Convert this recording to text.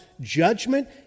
judgment